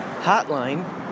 hotline